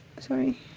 Sorry